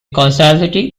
causality